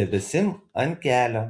debesim ant kelio